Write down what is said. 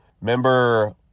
Remember